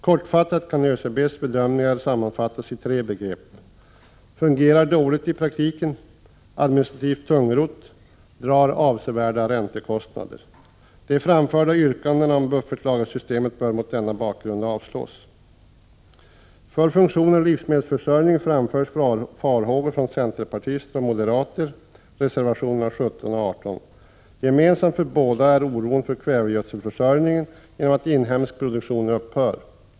Kortfattat kan ÖCB:s bedömning sammanfattas i tre begrepp: fungerar dåligt i praktiken, administrativt tungrott och drar avsevärda räntekostnader. De framförda yrkandena om buffertlagersystemet bör mot denna bakgrund avslås. För funktionen livsmedelsförsörjning framförs farhågor från centerpartister och moderater i reservationerna 17 och 18. Gemensamt för båda reservationerna är oron för kvävegödselförsörjningen genom att inhemsk produktion upphör.